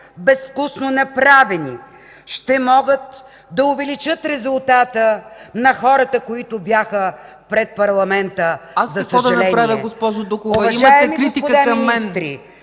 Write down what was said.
безвкусно направени, ще могат да увеличат резултата на хората, които бяха пред парламента, за съжаление. ПРЕДСЕДАТЕЛ ЦЕЦКА ЦАЧЕВА: Аз какво да направя, госпожо Дукова? Имате критика към мен.